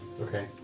Okay